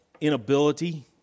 inability